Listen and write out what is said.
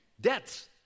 Debts